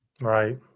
Right